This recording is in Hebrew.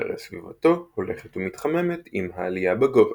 שהרי סביבתו הולכת ומתחממת עם העלייה בגובה.